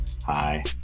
Hi